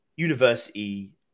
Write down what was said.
university